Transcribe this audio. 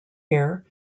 hair